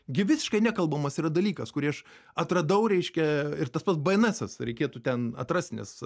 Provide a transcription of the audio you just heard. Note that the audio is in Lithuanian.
gi visiškai nekalbamas yra dalykas kurį aš atradau reiškia ir tas pats b en esas reikėtų ten atrasti nes